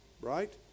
right